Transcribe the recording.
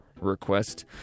request